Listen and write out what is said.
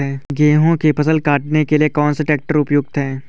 गेहूँ की फसल काटने के लिए कौन सा ट्रैक्टर उपयुक्त है?